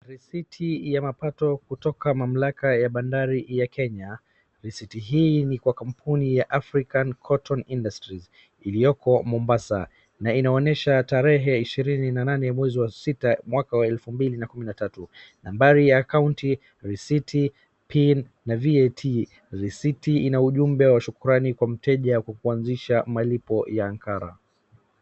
Tikiti ya mapato kutoka mamlaka ya bandari ya Kenya, risiti hii ni kwa kampuni ya african cotton industry iliyoko Mombasa na inaonyesha tarehe ishirini na nane mwezi wa sita mwaka wa elfu mbili na kumi na tatu. Nambari ya akaunti, risiti, pin na VAT risiti ina ujumbe wa shukrani kwa mteja kwa kuanzisha malipo ya ankara.